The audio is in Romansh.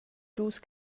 dus